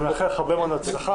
אני מאחל לך הרבה מאוד הצלחה.